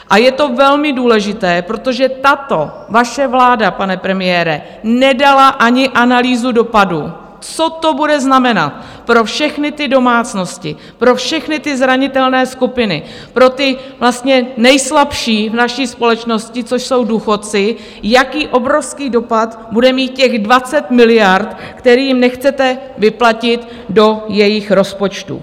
A je to velmi důležité, protože tato vaše vláda, pane premiére, nedala ani analýzu dopadů, co to bude znamenat pro všechny ty domácnosti, pro všechny ty zranitelné skupiny, pro ty vlastně nejslabší v naší společnosti, což jsou důchodci, jaký obrovský dopad bude mít těch 20 miliard, které jim nechcete vyplatit do jejich rozpočtů.